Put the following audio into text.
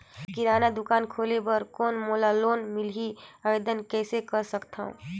किराना दुकान खोले बर कौन मोला लोन मिलही? आवेदन कइसे कर सकथव?